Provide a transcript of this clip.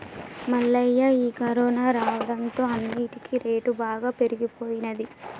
మల్లయ్య ఈ కరోనా రావడంతో అన్నిటికీ రేటు బాగా పెరిగిపోయినది